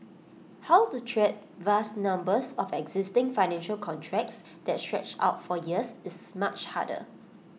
how to treat vast numbers of existing financial contracts that stretch out for years is much harder